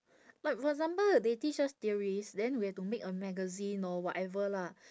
like for example they teach us theories then we have to make a magazine or whatever lah